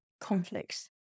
Conflicts